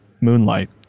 moonlight